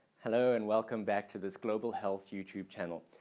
hello and welcome back to this global health you tube channel.